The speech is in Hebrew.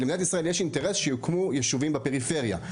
למדינת ישראל יש אינטרס שיוקמו ישובים בפריפריה,